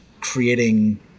creating